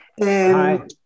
Hi